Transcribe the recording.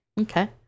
Okay